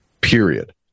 period